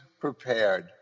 prepared